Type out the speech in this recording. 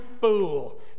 fool